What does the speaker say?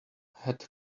had